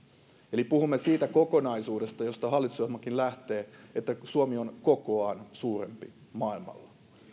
eli puhumme siitä kokonaisuudesta josta hallitusohjelmakin lähtee että suomi on kokoaan suurempi maailmalla